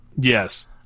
yes